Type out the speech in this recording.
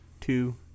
two